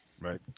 Right